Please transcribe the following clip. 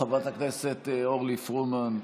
חברת הכנסת אורלי פרומן,